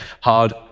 hard